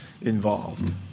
involved